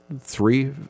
three